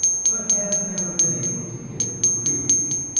but have never been able to get it to agree with me.